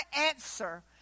answer